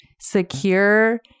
secure